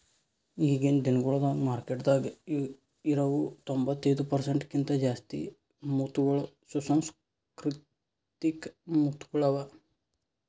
ಈಗಿನ್ ದಿನಗೊಳ್ದಾಗ್ ಮಾರ್ಕೆಟದಾಗ್ ಇರವು ತೊಂಬತ್ತೈದು ಪರ್ಸೆಂಟ್ ಕಿಂತ ಜಾಸ್ತಿ ಮುತ್ತಗೊಳ್ ಸುಸಂಸ್ಕೃತಿಕ ಮುತ್ತಗೊಳ್ ಅವಾ